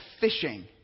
fishing